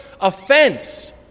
offense